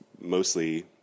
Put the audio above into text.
Mostly